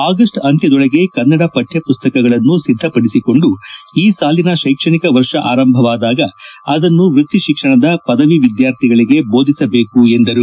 August ಅಂತ್ಯದೊಳಗೆ ಕನ್ನಡ ಪಠ್ದಪುಸ್ತಕಗಳನ್ನು ಸಿದ್ದಪಡಿಸಿಕೊಂಡು ಈ ಸಾಲಿನ ಶೈಕ್ಷಣಿಕ ವರ್ಷ ಆರಂಭವಾದಾಗ ಅದನ್ನು ವೃತ್ತಿ ಶಿಕ್ಷಣ ಪದವಿ ವಿದ್ಯಾರ್ಥಿಗಳಿಗೆ ಬೋಧಿಸಬೇಕು ಎಂದರು